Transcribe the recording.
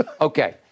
Okay